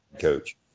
coach